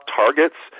targets